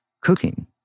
cooking